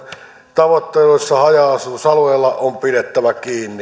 tavoittelusta haja asutusalueilla on pidettävä kiinni